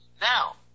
now